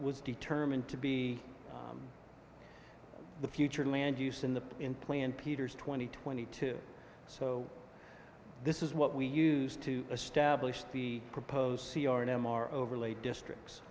was determined to be the future land use in the in plan peters twenty twenty two so this is what we used to establish the proposed c r and m r overlay districts